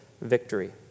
victory